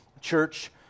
church